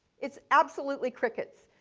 it's absolutely crickets.